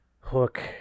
Hook